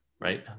right